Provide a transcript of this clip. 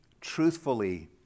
truthfully